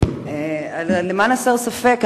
למען הסר ספק,